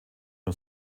nur